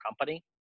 company